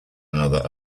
another